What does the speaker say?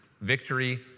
victory